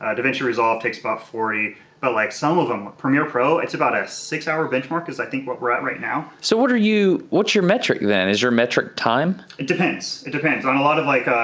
ah davinci resolve takes about forty. but like some of them, premiere pro, it's about a six hour benchmark is i think what we're at right now. so what are you, what's your metric then? is your metric time? it depends, it depends. on a lot of like